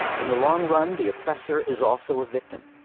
in the long run, the oppressor is also a victim.